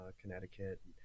Connecticut